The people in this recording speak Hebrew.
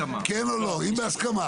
אם בהסכמה.